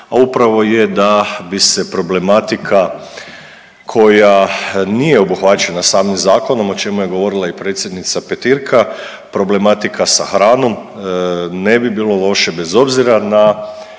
A upravo je da bi se problematika koja nije obuhvaćena samim zakonom o čemu je govorila i predsjednica Petirka, problematika sa hranom ne bi bilo loše bez obzira na